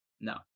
no